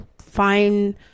find